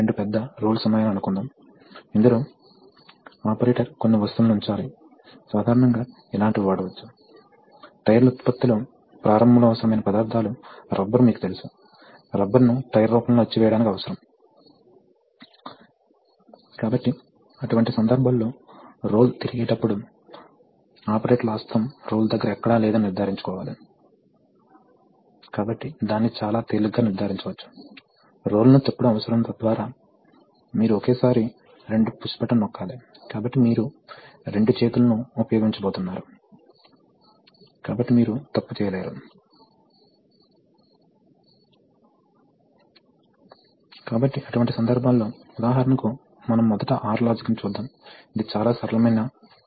కాబట్టి ఏమి జరుగుతుందంటే ఇప్పుడు రెండు వైపులా ఏరియాలు భిన్నంగా ఉన్నాయి ఈ ప్రత్యేకమైన డైరెక్షనల్ వాల్వ్ ను కూడా చూడండి దీని రెండు పొజిషన్స్ ఒకే రకంగా ఆధారపడి ఉంటాయి ఆ కోణంలో రెండు సోలేనాయిడ్లు ఆఫ్లో ఉన్నప్పుడు ఏమి జరుగుతుంది కాబట్టి రెండు సోలేనాయిడ్లు ఆఫ్లో ఉంటే అది సోలేనోయిడ్ యొక్క చివరి ఆపరేషన్కు అనుగుణమైన స్థితిలో ఉంటుంది